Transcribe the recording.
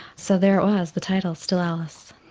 so there it was, the title, still alice.